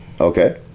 Okay